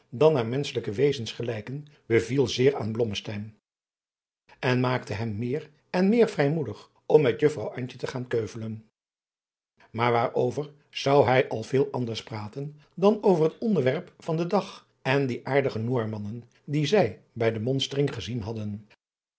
dan naar menschelijke wezens gelijken beviel zeer aan blommesteyn en maakte hem meer en meer vrijmoedig om met juffrouw antje te gaan keuvelen maar waarover zou hij al veel anders praten dan over het onderwerp van den dag en die aardige noormannen die zij bij de monstering gezien hadden